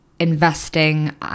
Investing